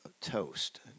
toast